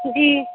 جی